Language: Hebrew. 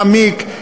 מעמיק,